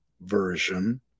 version